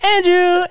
Andrew